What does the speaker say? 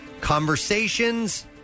conversations